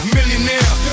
Millionaire